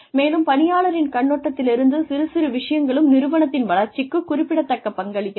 மேலும் பணியாளரின் கண்ணோட்டத்திலிருந்து சிறு சிறு விஷயங்களும் நிறுவனத்தின் வளர்ச்சிக்குக் குறிப்பிடத்தக்கப் பங்களிக்கிறது